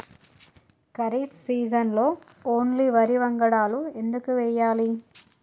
ఖరీఫ్ సీజన్లో ఓన్లీ వరి వంగడాలు ఎందుకు వేయాలి?